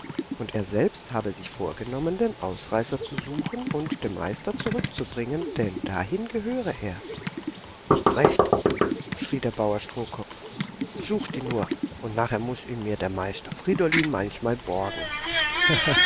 und er selbst habe sich vorgenommen den ausreißer zu suchen und dem meister zurückzubringen denn dahin gehöre er ist recht schrie der bauer strohkopf sucht ihn nur und nachher muß ihn mir der meister friedolin manchmal borgen